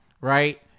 right